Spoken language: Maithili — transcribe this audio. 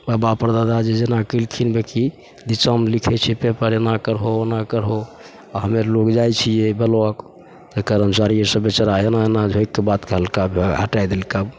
वएह बाप परदादा जेना कएलखिन रहै कि निचाँमे लिखै छै पेपर एना करिहो ओना करिहो आओर हमे आओर लोक जाइ छिए ब्लॉक करमचारी सभ बेचारा एना एना रोकिके बात कएलका आइके हटै देलका